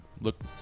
look